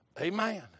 Amen